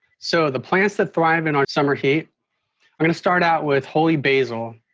so the plants that thrive in our summer heat i'm gonna start out with holy basil.